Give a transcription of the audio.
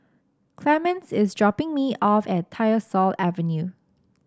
Clemens is dropping me off at Tyersall Avenue